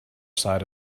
side